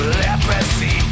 leprosy